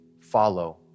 follow